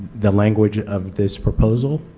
the language of this proposal?